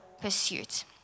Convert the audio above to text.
pursuit